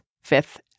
Fifth